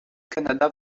canada